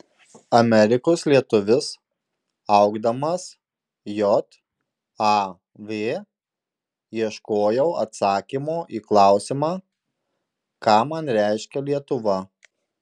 amerikos lietuvis augdamas jav ieškojau atsakymo į klausimą ką man reiškia lietuva